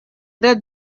dead